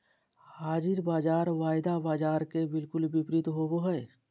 हाज़िर बाज़ार वायदा बाजार के बिलकुल विपरीत होबो हइ